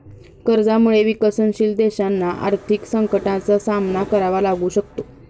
कर्जामुळे विकसनशील देशांना आर्थिक संकटाचा सामना करावा लागू शकतो